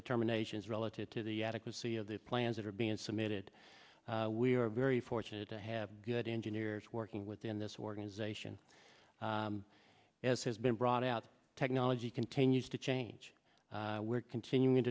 determinations relative to the adequacy of the plans that are being submitted we are very fortunate to have good engineers working within this organization as has been brought out technology continues to change we're continuing